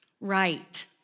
Right